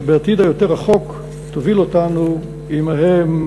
שבעתיד היותר-רחוק תוביל אותנו עמהם,